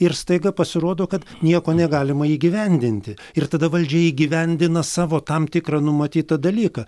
ir staiga pasirodo kad nieko negalima įgyvendinti ir tada valdžia įgyvendina savo tam tikrą numatytą dalyką